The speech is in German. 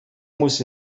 muss